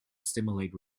stimulate